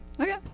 Okay